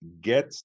get